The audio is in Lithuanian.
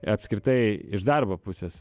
apskritai iš darbo pusės